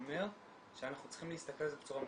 אומר שאנחנו צריכים להסתכל על זה בצורה מורכבת.